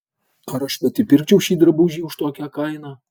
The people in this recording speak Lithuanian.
ar aš pati pirkčiau šį drabužį už tokią kainą